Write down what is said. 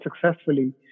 successfully